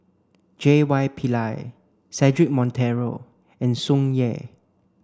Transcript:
J Y Pillay Cedric Monteiro and Tsung Yeh